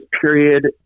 period